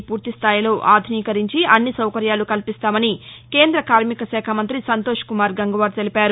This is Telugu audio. ని పూర్తిస్థాయిలో ఆధునికీకరించి అన్ని సౌకర్యాలు కల్పిస్తామని కేంద్ర కార్మికశాఖ మంత్రి సంతోష్కుమార్ గంగ్వార్ తెలిపారు